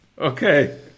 Okay